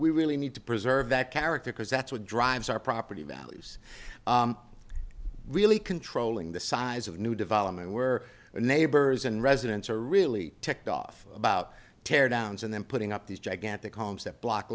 we really need to preserve that character because that's what drives our property values really controlling the size of new development where the neighbors and residents are really ticked off about tear downs and then putting up these gigantic homes that block